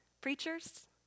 preachers